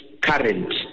current